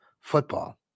football